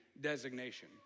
designation